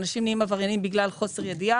ואנשים נהיים עבריינים בגלל חוסר ידיעה